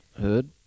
Hood